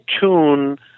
tune